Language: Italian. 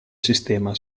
sistema